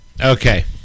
Okay